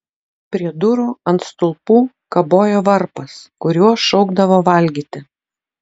prie durų ant stulpų kabojo varpas kuriuo šaukdavo valgyti